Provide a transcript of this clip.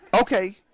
Okay